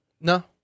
No